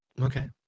Okay